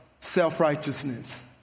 self-righteousness